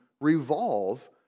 revolve